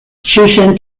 xuxen